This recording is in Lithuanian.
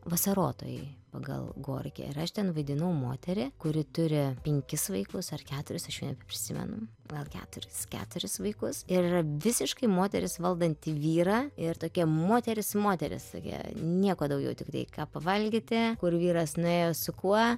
vasarotojai pagal gorkį ir aš ten vaidinau moterį kuri turi penkis vaikus ar keturis aš jau nebeprisimenu gal keturis keturis vaikus ir visiškai moteris valdanti vyrą ir tokia moteris moteris tokia nieko daugiau tiktai ką pavalgyti kur vyras nuėjo su kuo